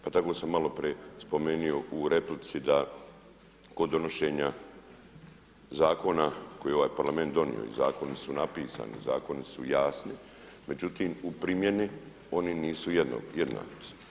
Pa tako sam maloprije spomenuo u replici da kod donošenja zakona koji je ovaj Parlament donio i zakoni su napisani, zakoni su jasni, međutim u primjeni oni nisu jednaki.